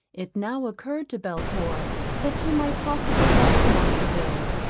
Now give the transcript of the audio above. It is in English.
it now occurred to belcour that she might possibly write to montraville,